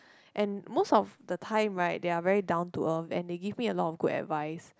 and most of the time right they are very down to earth and they give me a lot of good advice